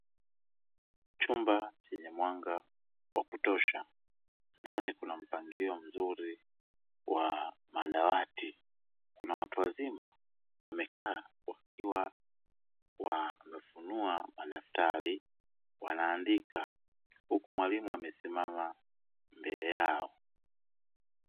Chumba chenye mwanga wa kutosha ndani kuna mpangilio mzuri wa madawati kuna watu wazima wamekaa wakiwa wamefunua madaftari wanaandika huku mwalimu amesimama mbele yao.